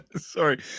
sorry